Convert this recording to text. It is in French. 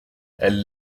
elles